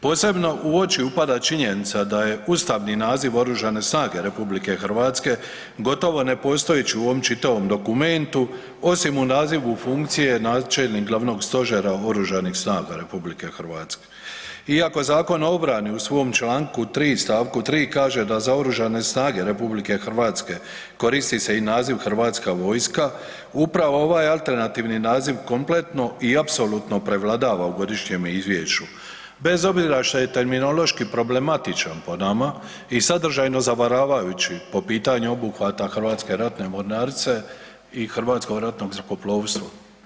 Posebno u oči upada činjenica da je ustavni naziv Oružane snage RH gotovo nepostojeći u ovom čitavom dokumentu osim u nazivu funkcije načelnik glavnog stožera Oružanih snaga RH iako Zakon o obrani u svom Članku 3. stavku 3. kaže da za Oružane snage RH koristi se i naziv Hrvatska vojska upravo ovaj alternativni naziv kompletno i apsolutno prevladava u godišnjem izvješću bez obzira što je terminološki problematičan po nama i sadržajno zavaravajući po pitanju obuhvata Hrvatske ratne mornarice i Hrvatskog ratnog zrakoplovstva.